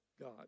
God